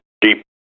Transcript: deep